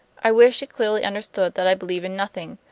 i wish it clearly understood that i believe in nothing.